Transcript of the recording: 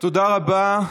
תודה רבה.